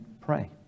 pray